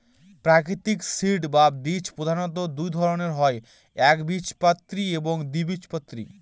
প্রাকৃতিক সিড বা বীজ প্রধানত দুই ধরনের হয় একবীজপত্রী এবং দ্বিবীজপত্রী